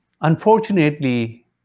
Unfortunately